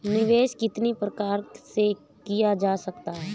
निवेश कितनी प्रकार से किया जा सकता है?